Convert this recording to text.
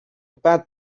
bad